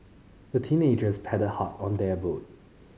the teenagers paddled hard on their boat